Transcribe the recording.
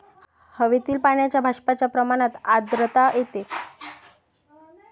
हवेतील पाण्याच्या बाष्पाच्या प्रमाणात आर्द्रता येते